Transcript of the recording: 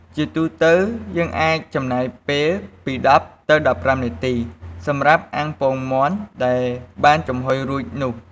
ជាទូទៅ យើងអាចចំណាយពេលពី ១០ទៅ១៥ នាទី សម្រាប់អាំងពងមាន់ដែលបានចំហុយរួចនោះ។